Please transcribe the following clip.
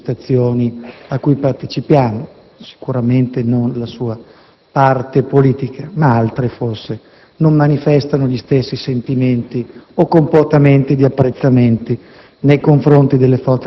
a seconda delle manifestazioni cui partecipiamo. Sicuramente non la sua parte politica, ma altre forze non manifestano gli stessi sentimenti o comportamenti di apprezzamento